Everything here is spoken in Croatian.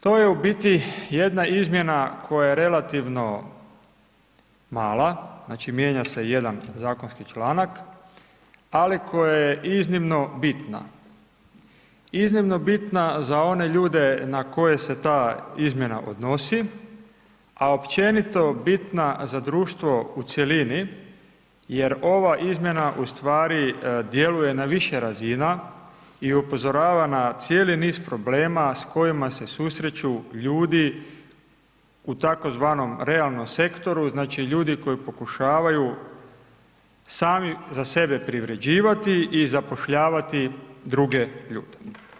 To je u biti jedna izmjena koja je relativno mala, znači, mijenja se jedan zakonski članak, ali koja je iznimno bitna, iznimno bitna za one ljude na koje se ta izmjena odnosi, a općenito bitna za društvo u cjelini jer ova izmjena u stvari djeluje na više razina i upozorava na cijeli niz problema s kojima se susreću ljudi u tzv. realnom sektoru, znači, ljudi koji pokušavaju sami za sebe privređivati i zapošljavati druge ljude.